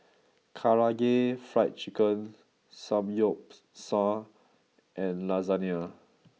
Karaage Fried Chicken Samgyeopsal and Lasagna